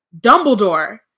Dumbledore